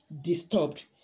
disturbed